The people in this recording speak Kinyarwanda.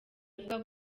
avuga